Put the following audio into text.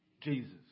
Jesus